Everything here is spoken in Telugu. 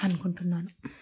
అనుకుంటున్నాను